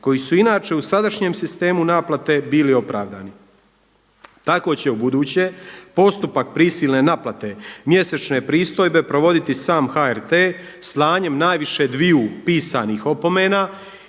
koji su inače u sadašnjem sistemu naplate bili opravdani. Tako će u buduće postupak prisilne naplate mjesečne pristojbe provoditi sam HRT slanjem najviše dviju pisanih opomena